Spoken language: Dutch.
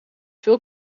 veel